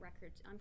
Records